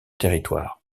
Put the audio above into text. territoire